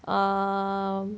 um